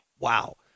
Wow